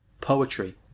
Poetry